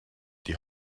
die